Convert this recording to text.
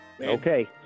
Okay